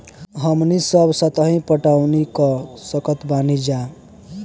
हमनी सब सतही पटवनी क सकतऽ बानी जा